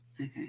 okay